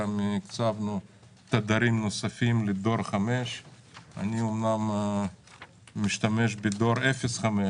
גם הקצבנו תדרים נוספים לדור 5. אני אומנם משתמש בדור 0.5,